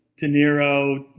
de niro,